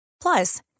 Plus